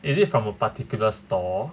is it from a particular store